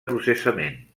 processament